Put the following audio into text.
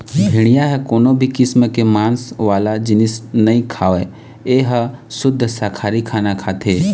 भेड़िया ह कोनो भी किसम के मांस वाला जिनिस नइ खावय ए ह सुद्ध साकाहारी खाना खाथे